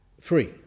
free